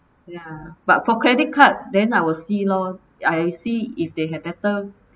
ya but for credit card then I will see lor I see if they have better